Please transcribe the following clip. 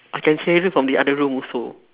I can hear you from the other room also